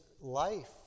life